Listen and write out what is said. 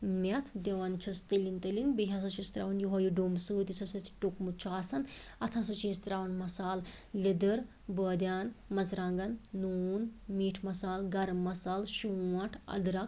میٚتھ دِوان چھِس تٔلِنۍ تٔلِنۍ بیٚیہِ ہَسا چھِس ترٛاوان یہوے یہِ ڈوٚمب سۭتۍ یُس ہَسا یہِ ٹوٚکمُت چھُ آسان اتھ ہَسا چھِ أسۍ ترٛاوان مَصالہٕ لدٕر بٲدیان مَرژٕوانٛگن نوٗن میٖٹھ مصالہٕ گرٕم مصالہٕ شونٛٹھ أدرَکھ